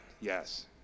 Yes